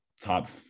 top